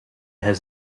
has